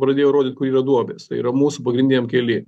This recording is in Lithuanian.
pradėjo rodyt kur yra duobės tai yra mūsų pagrindiniam kely